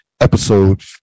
Episode